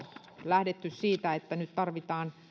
lähdetty siitä että nyt tarvitaan